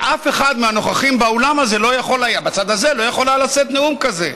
אף אחד מהנוכחים באולם הזה בצד הזה לא יכול היה לשאת נאום כזה.